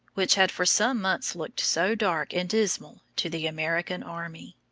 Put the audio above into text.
which had for some months looked so dark and dismal to the american army.